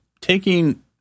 taking